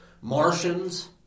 Martians